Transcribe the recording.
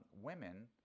women